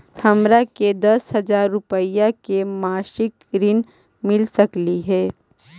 हमरा के दस हजार रुपया के मासिक ऋण मिल सकली हे?